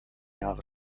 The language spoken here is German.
jahre